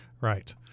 Right